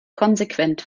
konsequent